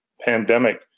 pandemic